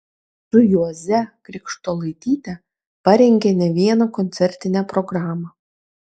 su juoze krištolaityte parengė ne vieną koncertinę programą